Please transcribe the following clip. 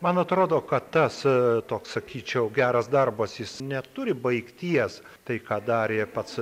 man atrodo kad tas toks sakyčiau geras jis neturi baigties tai ką darė pats